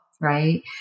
Right